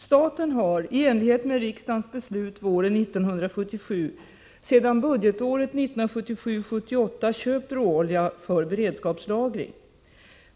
Staten har, enligt riksdagens beslut våren 1977, sedan budgetåret 1977/78 köpt råolja för beredskapslagring.